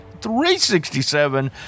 367